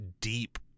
deep